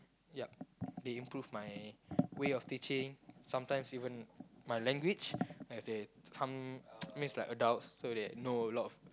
ya they improve my way of teaching sometimes even my language as in some means like adults so they know a lot of